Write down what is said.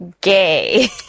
gay